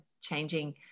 changing